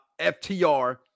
FTR